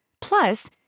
Plus